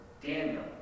Daniel